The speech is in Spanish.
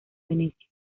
venecia